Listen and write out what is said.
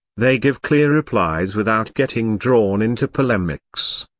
they give clear replies without getting drawn into polemics.